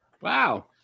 Wow